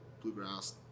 bluegrass